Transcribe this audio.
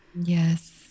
Yes